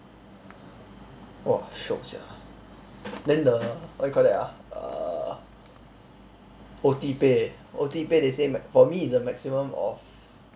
!wah! shiok sia then the what you call that ah err O_T pay O_T pay they say for me it's a maximum of